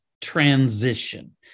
transition